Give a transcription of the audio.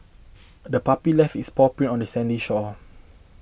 the puppy left its paw print on the sandy shore